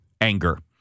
anger